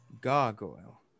Gargoyle